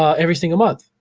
ah every single month.